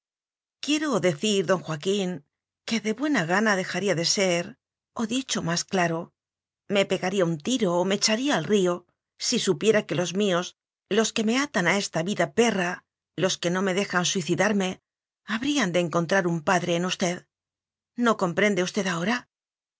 quiero decir don joaquín que de buena gana dejaría de ser o dicho más claro me pegaría un tiro o me echaría al río si supiera que los míos los que me atan a esta vida pe rra los que no me dejan suicidarme habrían de encontrar un padre en usted no compren de usted ahora